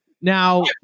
Now